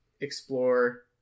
explore